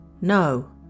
No